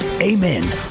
Amen